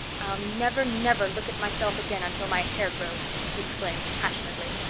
i'll never, never look at myself again until my hair grows, she exclaimed passionately.